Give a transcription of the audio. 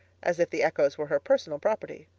as if the echoes were her personal property.